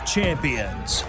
Champions